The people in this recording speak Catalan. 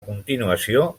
continuació